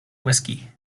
whisky